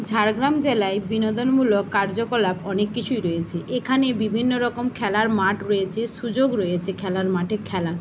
ঝাড়গ্রাম জেলায় বিনোদনমূলক কার্যকলাপ অনেক কিছুই রয়েছে এখানে বিভিন্ন রকম খেলার মাঠ রয়েছে সুযোগ রয়েছে খেলার মাঠে খেলার